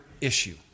issue